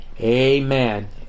Amen